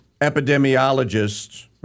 epidemiologists